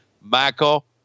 Michael